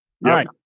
right